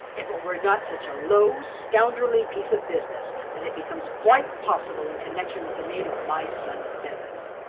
if it were not such a low, scoundrelly piece of business that it becomes quite possible in connection with the name of my son bevis.